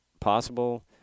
possible